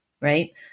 Right